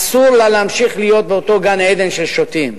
אסור לה להמשיך להיות באותו גן-עדן של שוטים,